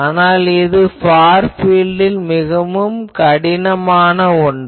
ஆனால் இது ஃபார் பீல்ட்டில் மிகவும் கடினமாக ஒன்று